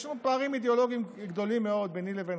יש פערים אידיאולוגיים גדולים מאוד ביני לבינך,